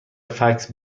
فکس